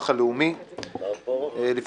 הלאומי (תיקון מס' 210) (הקדמת המועד לתשלום גמלה),